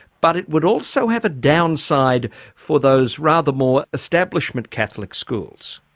but it would also have a downside for those rather more establishment catholic schools.